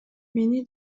мени